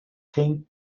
think